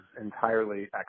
entirely